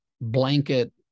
blanket